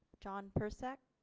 john persak?